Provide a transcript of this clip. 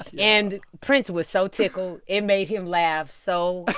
ah and prince was so tickled. it made him laugh so